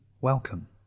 Welcome